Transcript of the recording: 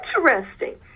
interesting